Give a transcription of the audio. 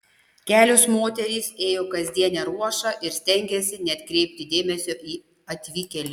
kelios moterys ėjo kasdienę ruošą ir stengėsi nekreipti dėmesio į atvykėlį